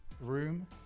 room